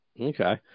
Okay